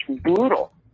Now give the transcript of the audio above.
brutal